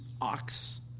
ox